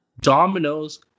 dominoes